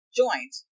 joint